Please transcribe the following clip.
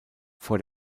vor